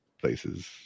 places